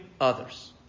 others